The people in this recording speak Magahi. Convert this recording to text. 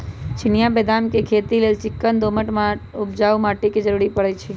चिनियाँ बेदाम के खेती लेल चिक्कन दोमट उपजाऊ माटी के जरूरी पड़इ छइ